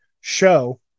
show